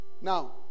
Now